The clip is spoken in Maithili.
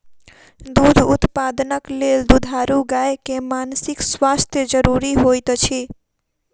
दूध उत्पादनक लेल दुधारू गाय के मानसिक स्वास्थ्य ज़रूरी होइत अछि